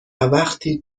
وقتی